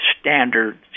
standard